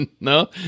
No